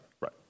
right